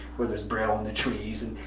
where there's braille on the trees. and